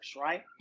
right